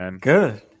Good